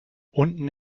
unten